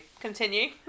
Continue